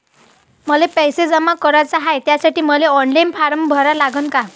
मले पैसे जमा कराच हाय, त्यासाठी मले ऑनलाईन फारम भरा लागन का?